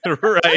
Right